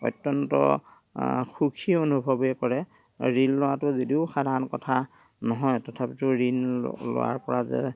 অত্য়ন্ত সুখী অনুভৱে কৰে ঋণ লোৱাতো যদিও সাধাৰণ কথা নহয় তথাপিতো ঋণ লোৱাৰ পৰা যে